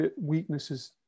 weaknesses